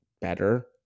better